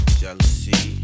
jealousy